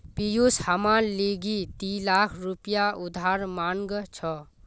पियूष हमार लीगी दी लाख रुपया उधार मांग छ